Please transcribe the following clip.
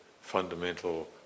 fundamental